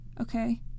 okay